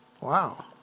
Wow